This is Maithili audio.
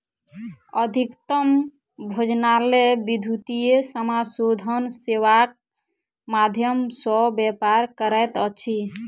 अधिकतम भोजनालय विद्युतीय समाशोधन सेवाक माध्यम सॅ व्यापार करैत अछि